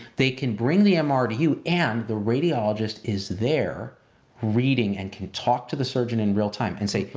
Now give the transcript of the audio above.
they can bring the um mr to you and the radiologist is there reading and can talk to the surgeon in real time and say,